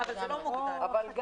לגמרי.